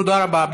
תודה רבה.